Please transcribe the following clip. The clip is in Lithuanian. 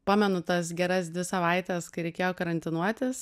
pamenu tas geras dvi savaites kai reikėjo karantinuotis